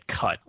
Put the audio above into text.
cut